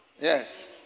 Yes